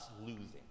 losing